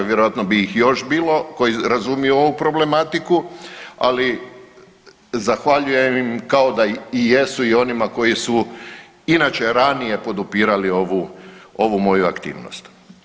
Vjerojatno bi ih još bilo koji razumiju ovu problematiku, ali zahvaljujem im kao da i jesu i onima koji su inače ranije podupirali ovu moju aktivnost.